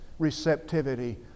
Receptivity